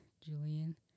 Julian